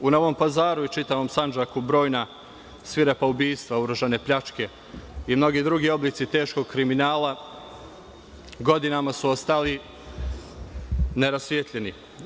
U Novom Pazaru i čitavom Sandžaku brojna svirepa ubistva, oružane pljačke i mnogi drugi oblici teškog kriminala, godinama su ostali nerasvetljeni.